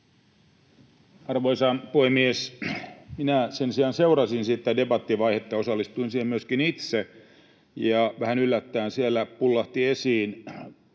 Arvoisa puhemies! Minä sen sijaan seurasin sitä debattivaihetta, osallistuin siihen myöskin itse, ja vähän yllättäen siellä pullahti esiin ”epäajankohtainen”